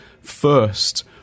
first